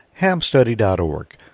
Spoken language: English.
hamstudy.org